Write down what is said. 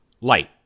light